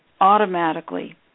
automatically